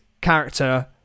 character